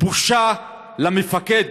בושה למפקד